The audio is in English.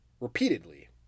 repeatedly